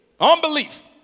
Unbelief